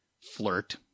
flirt